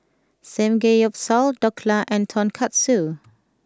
Samgeyopsal Dhokla and Tonkatsu